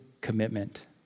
commitment